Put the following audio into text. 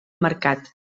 marcat